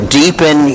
deepen